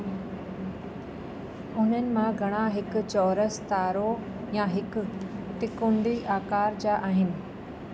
उन्हनि मां घणा हिकु चौरस तारो या हिकु टिकुंडे आकार जा आहिनि